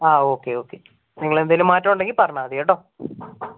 ആ okay okay നിങ്ങൾ എന്തെങ്കിലും മാറ്റമുണ്ടെങ്കിൽ പറഞ്ഞാൽ മതി കേട്ടോ